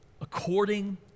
according